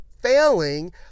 Failing